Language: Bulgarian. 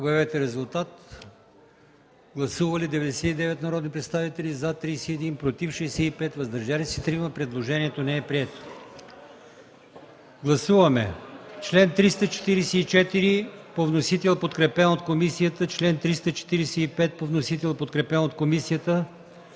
гласувайте. Гласували 99 народни представители: за 31, против 65, въздържали се 3. Предложението не е прието. Гласуваме чл. 344 – по вносител, подкрепен от комисията; чл. 345 – по вносител, подкрепен от комисията;